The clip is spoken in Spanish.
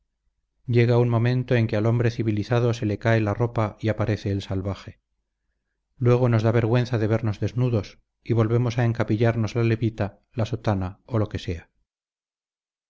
llega un momento en que al hombre civilizado se le cae la ropa y aparece el salvaje luego nos da vergüenza de vernos desnudos y volvemos a encapillarnos la levita la sotana o lo que sea